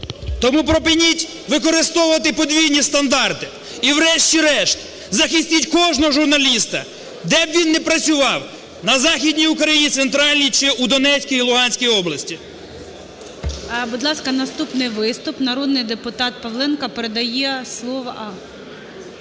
Тому припиніть використовувати подвійні стандарти. І, врешті-решт, захистіть кожного журналіста, де б він не працював – на західній Україні, центральній чи у Донецькій, Луганській області. ГОЛОВУЮЧИЙ. Будь ласка, наступний виступ народний депутат Павленко передає слово… А,